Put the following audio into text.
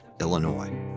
Illinois